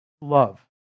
Love